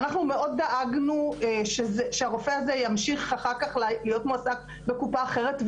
ואנחנו מאוד דאגנו שהרופא הזה ימשיך אחר כך להיות מועסק בקופה אחרת,